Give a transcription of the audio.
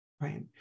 right